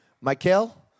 Michael